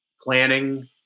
planning